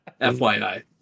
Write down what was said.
FYI